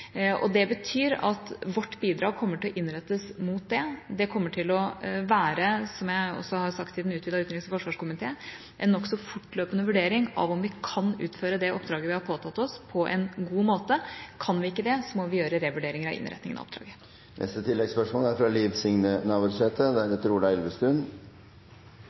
og også av peshmergaen. Det betyr at vårt bidrag kommer til å innrettes mot det. Det kommer til å være – som jeg også har sagt i den utvidede utenriks- og forsvarskomité – en nokså fortløpende vurdering av om vi kan utføre det oppdraget vi har påtatt oss, på en god måte. Kan vi ikke det, må vi gjøre revurderinger av innretningen av oppdraget.